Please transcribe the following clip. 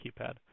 keypad